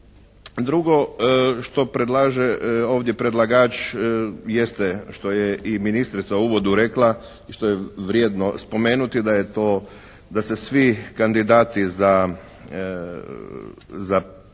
Drugo što predlaže ovdje predlagač jeste što je ministrica u uvodu rekla i što je vrijedno spomenuti, da je to, da se svi kandidati za prisjednike